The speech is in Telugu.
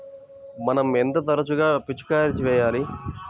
మనం ఎంత తరచుగా పిచికారీ చేయాలి?